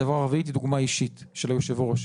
הדבר הרביעי זה דוגמה אישית של יושב הראש.